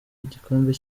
igikombe